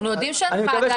אני מקווה שגם אתם.